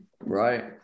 right